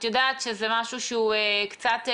את יודעת שזה משהו שהוא קצת מוגבל.